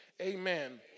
Amen